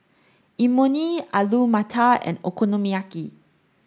Imoni Alu Matar and Okonomiyaki